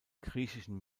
griechischen